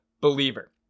believer